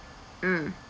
mm